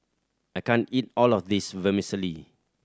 I can't eat all of this Vermicelli